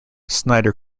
snyder